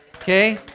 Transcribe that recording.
okay